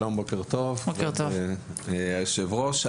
שלום, בוקר טוב, אדוני היושב ראש.